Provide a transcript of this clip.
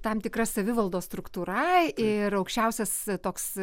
tam tikra savivaldos struktūra ir aukščiausias toks